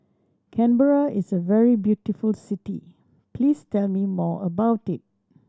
Canberra is a very beautiful city please tell me more about it